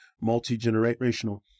multi-generational